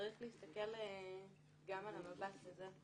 צריך להסתכל גם על המבט הזה.